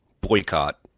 boycott